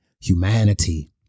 humanity